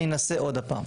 אני אנסה עוד פעם.